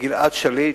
גלעד שליט,